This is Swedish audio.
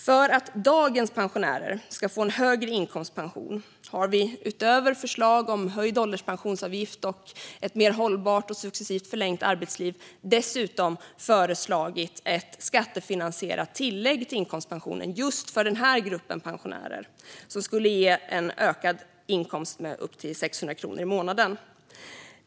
För att dagens pensionärer ska få en högre inkomstpension har vi utöver förslag om höjd ålderspensionsavgift och ett mer hållbart och successivt förlängt arbetsliv föreslagit ett skattefinansierat tillägg till inkomstpensionen just för denna grupp pensionärer, som skulle ge en ökad inkomst med upp till 600 kronor i månaden.